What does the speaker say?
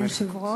אדוני היושב-ראש,